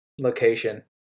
location